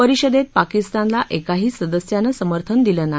परिषदेत पाकिस्तानला एकाही सदस्यानं समर्थन दिलं नाही